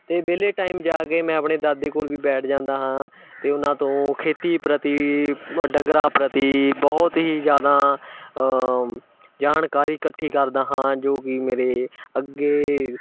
ਅਤੇ ਵਿਹਲੇ ਟਾਈਮ ਜਾ ਕੇ ਮੈਂ ਆਪਣੇ ਦਾਦੇ ਕੋਲ ਵੀ ਬੈਠ ਜਾਂਦਾ ਹਾਂ ਅਤੇ ਉਹਨਾਂ ਤੋਂ ਖੇਤੀ ਪ੍ਰਤੀ ਡੰਗਰਾਂ ਪ੍ਰਤੀ ਬਹੁਤ ਹੀ ਜ਼ਿਆਦਾ ਜਾਣਕਾਰੀ ਇਕੱਠੀ ਕਰਦਾ ਹਾਂ ਜੋ ਕਿ ਮੇਰੇ ਅੱਗੇ